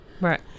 Right